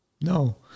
no